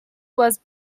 was